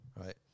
right